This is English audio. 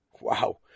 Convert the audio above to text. Wow